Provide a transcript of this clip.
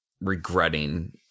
regretting